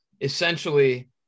essentially